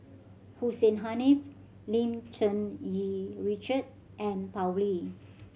Hussein Haniff Lim Cherng Yih Richard and Tao Li